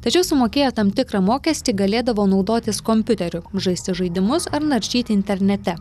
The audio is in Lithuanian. tačiau sumokėję tam tikrą mokestį galėdavo naudotis kompiuteriu žaisti žaidimus ar naršyti internete